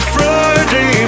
Friday